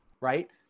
right